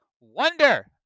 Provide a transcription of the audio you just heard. Wonder